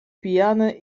pijany